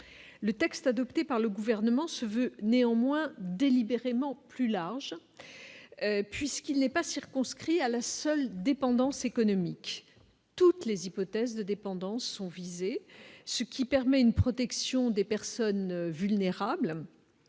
le texte adopté par le gouvernement se veut néanmoins délibérément plus large puisqu'il n'est pas circonscrit à la seule dépendance économique toutes les hypothèses de dépendance sont visés, ce qui permet une protection des personnes vulnérables,